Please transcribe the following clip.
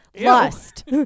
Lust